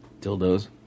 Dildos